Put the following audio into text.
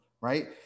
right